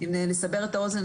אם לסבר את האוזן,